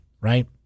right